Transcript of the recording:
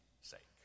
sake